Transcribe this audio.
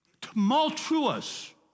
Tumultuous